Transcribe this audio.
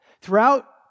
throughout